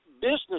business